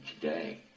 today